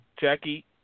Jackie